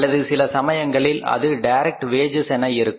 அல்லது சில சமயங்களில் அது டைரக்ட் வேஜஸ் என இருக்கும்